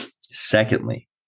Secondly